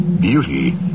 Beauty